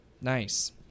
Nice